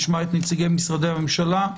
את נציגי משרדי הממשלה,